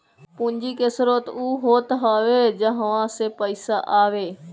पूंजी के स्रोत उ होत हवे जहवा से पईसा आए